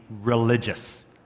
religious